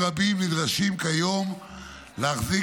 עסקים רבים נדרשים כיום להחזיק,